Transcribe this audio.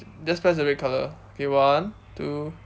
just press the red colour okay one two